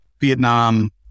Vietnam